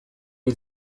hil